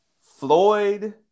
Floyd